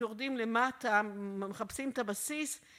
יורדים למטה מחפשים את הבסיס